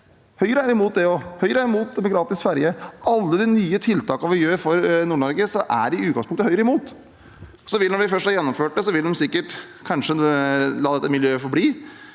Høyre er imot gratis ferje. Alle de nye tiltakene vi gjør for Nord-Norge, er Høyre i utgangspunktet imot. Når vi først har gjennomført dette, vil de kanskje la dette miljøet forbli.